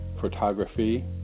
photography